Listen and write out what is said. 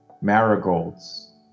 marigolds